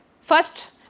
first